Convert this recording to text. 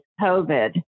COVID